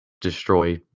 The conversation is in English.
destroy